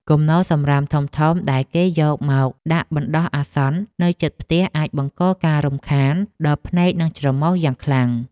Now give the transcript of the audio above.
គំនរសំរាមធំៗដែលគេយកមកដាក់បណ្តោះអាសន្ននៅជិតផ្ទះអាចបង្កការរំខានដល់ភ្នែកនិងច្រមុះយ៉ាងខ្លាំង។